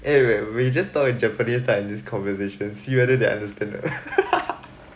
eh wait we just talk with japanese like in this conversation see whether they understand right